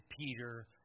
Peter